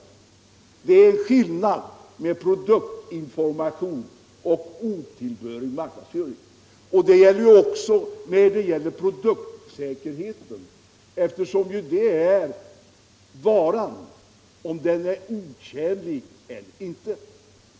Och det är skillnad mellan produktinformation och otillbörlig marknadsföring. Samma sak gäller i fråga om produktsäkerhet — om varan är otjänlig eller inte.